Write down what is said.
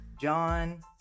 john